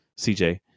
CJ